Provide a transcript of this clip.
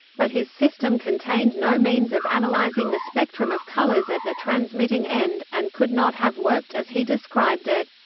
but his system contained no means of analyzing the spectrum of colors at the transmitting end, and could not have worked as he described it.